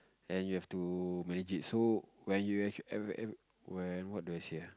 and you have to manage it so when you actually when what do I say ah